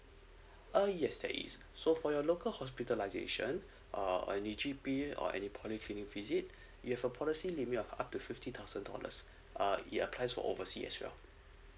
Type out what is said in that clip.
uh yes that is so for your local hospitalisation uh any G_P or any polyclinic visit you have a policy limit of up to fifty thousand dollars uh it applies for overseas as well